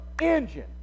engine